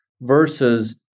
versus